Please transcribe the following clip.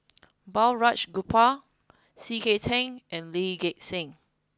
Balraj Gopal C K Tang and Lee Gek Seng